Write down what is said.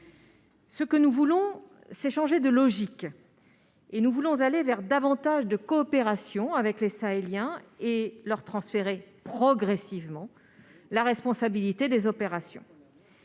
Ce que nous voulons, c'est changer de logique. Nous voulons aller vers davantage de coopération avec les Sahéliens et leur transférer progressivement la responsabilité des opérations.